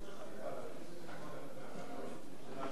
אדוני היושב-ראש, חברי חברי הכנסת,